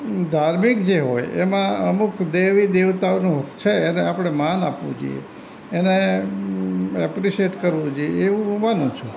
ધાર્મિક જે હોય એમાં અમુક દેવી દેવતાઓનું છે એને આપણે માન આપવું જોઈએ એને અપ્રીશીએટ કરવું જોઈએ એવું હું માનું છું